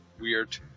weird